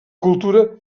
cultura